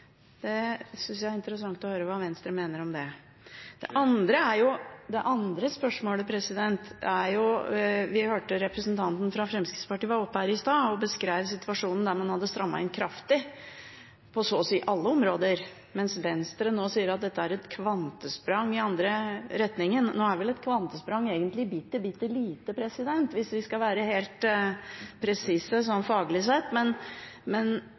Jeg synes det er interessant å høre hva Venstre mener om det. Det andre spørsmålet er: Vi hørte en representant fra Fremskrittspartiet som var oppe her i stad og beskrev en situasjon der man hadde strammet inn kraftig på så å si alle områder, mens Venstre nå sier at dette er et kvantesprang i den andre retningen. Nå er vel et kvantesprang egentlig bitte, bitte lite, hvis vi skal være helt presise, faglig sett, men